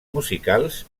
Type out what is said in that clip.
musicals